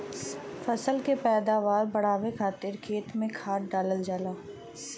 फसल के पैदावार बढ़ावे खातिर खेत में खाद डालल जाला